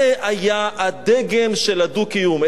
זה היה הדגם של הדו-קיום.